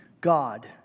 God